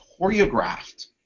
choreographed